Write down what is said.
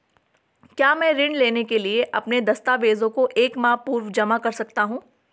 क्या मैं ऋण लेने के लिए अपने दस्तावेज़ों को एक माह पूर्व जमा कर सकता हूँ?